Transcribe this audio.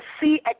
see